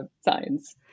science